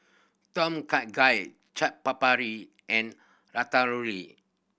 Tom Kha Gai Chaat Papri and Ratatouille